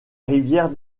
rivière